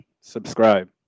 subscribe